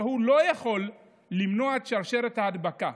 שהוא לא יכול למנוע את שרשרת ההדבקה.